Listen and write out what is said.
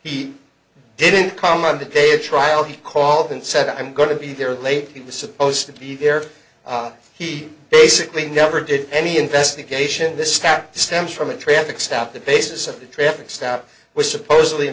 he didn't come on the day of trial he called and said i'm going to be there lately was supposed to be there he basically never did any investigation this stat stems from a traffic stop the basis of the traffic stop was supposedly a